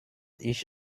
ich